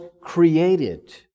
created